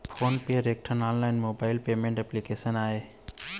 phone पे ह एकठन ऑनलाइन मोबाइल पेमेंट एप्लीकेसन आय